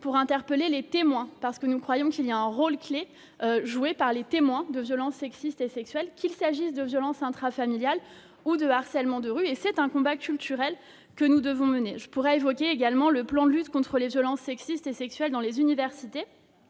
d'interpeller les témoins. Nous avons conscience du rôle clé joué par les témoins de violences sexistes et sexuelles, qu'il s'agisse de violences intrafamiliales ou de harcèlement de rue. C'est un combat culturel que nous devons mener. J'évoquerai également le plan de lutte contre les violences sexistes et sexuelles dans les universités,